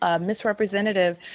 misrepresentative